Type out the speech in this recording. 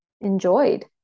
enjoyed